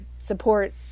support